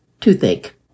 Toothache